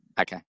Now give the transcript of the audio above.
Okay